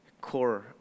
core